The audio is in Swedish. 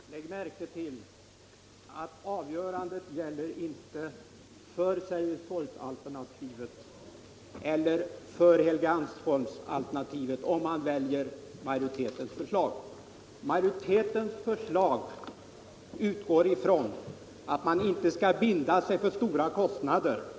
Herr talman! Lägg märke till att majoritetens förslag inte innebär att avgörandet står mellan Sergels torg eller Helgeandsholmen. Majoritetens förslag utgår från att man inte skall binda sig för stora kostnader.